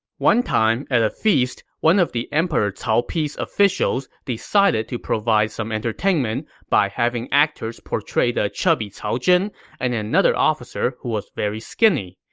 one time, at a feast, one of the emperor cao pi's officials decided to provide some entertainment by having actors portray the chubby cao zhen and another officer who was very skinny.